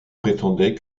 prétendait